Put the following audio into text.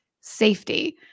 safety